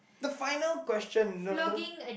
the final question no no